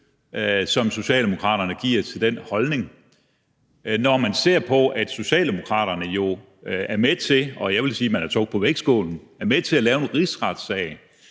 som Socialdemokraterne giver til den holdning, når man ser på, at Socialdemokraterne jo er med til – og jeg vil sige, at man er tungen på vægtskålen til – at lave en rigsretssag,